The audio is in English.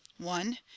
one